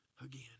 again